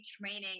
training